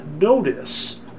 notice